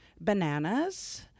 bananas